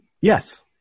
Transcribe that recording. Yes